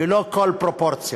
ללא כל פרופורציה.